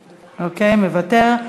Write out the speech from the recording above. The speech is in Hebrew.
מוותר.